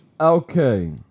okay